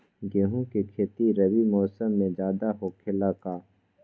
गेंहू के खेती रबी मौसम में ज्यादा होखेला का?